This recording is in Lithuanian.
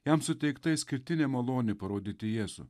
jam suteikta išskirtinė malonė parodyti jėzų